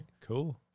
Cool